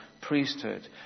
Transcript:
priesthood